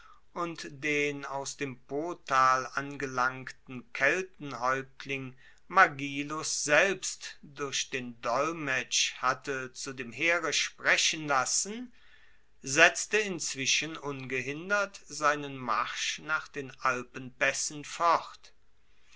und den aus dem potal angelangten keltenhaeuptling magilus selbst durch den dolmetsch hatte zu dem heere sprechen lassen setzte inzwischen ungehindert seinen marsch nach den alpenpaessen fort